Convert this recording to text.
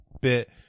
bit